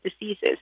diseases